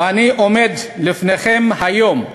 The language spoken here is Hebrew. ואני עומד לפניכם היום,